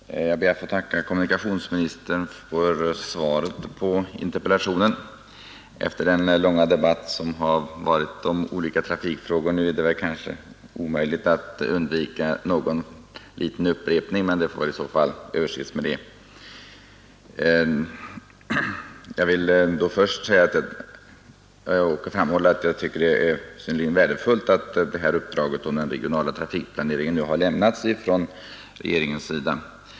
Fru talman! Jag ber att få tacka kommunikationsministern för svaret på interpellationen. Efter den långa debatt som nu har förts om olika trafikfrågor är det kanske omöjligt att undvika någon liten upprepning. Det får vi väl i så fall ha överseende med. Först vill jag framhålla att jag tycker att det är synnerligen värdefullt att uppdraget till den regionala trafikplaneringen har lämnats från regeringens sida.